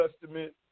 Testament